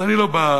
אז אני לא בא,